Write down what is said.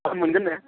मोनगोन दे